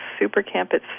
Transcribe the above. SuperCamp